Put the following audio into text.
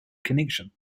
connection